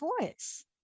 voice